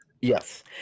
Yes